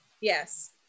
Yes